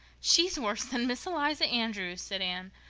she's worse than miss eliza andrews, said anne.